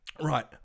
right